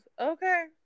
Okay